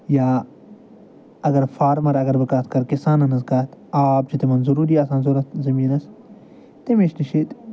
یا اَگر فارمَر اَگر بہٕ کَتھ کَرٕ کِسانَن ہٕنٛز کَتھ آب چھِ تِمَن ضٔروٗری آسان ضوٚرَتھ زٔمیٖنَس تٔمِس تہِ چھِ ییٚتہِ